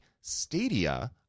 Stadia